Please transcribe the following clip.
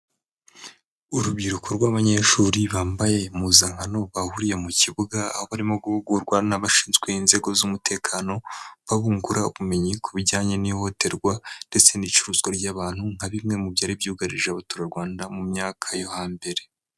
Urubyiruko rw'abanyeshuri bambaye impuzankano bahuriye mu kibuga, aho barimo guhugurwa n'abashinzwe inzego z'umutekano, babungura ubumenyi ku bijyanye n'ihohoterwa ndetse n'icuruzwa ry'abantu, nka bimwe mu byari byugarije Abaturarwanda mu myaka yo hambere.